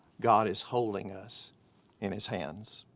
god is holding us in his hands.